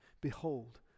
behold